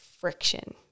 friction